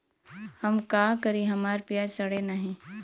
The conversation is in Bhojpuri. हम का करी हमार प्याज सड़ें नाही?